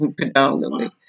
predominantly